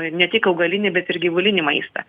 ne tik augalinį bet ir gyvulinį maistą